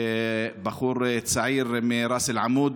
בחור צעיר מראס אל-עמוד.